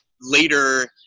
later